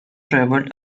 traveled